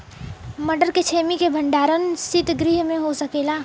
मटर के छेमी के भंडारन सितगृह में हो सकेला?